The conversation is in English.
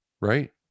right